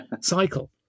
cycle